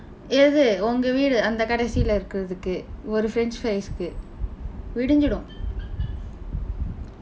எது உங்க வீட்டு அந்த கடைசில இருக்கிறதுக்கு ஒரு:ethu ungka viitdu andtha kadaisila irukkirathukku oru french fries-ukku விடிஞ்சிரும்:vidinjsirum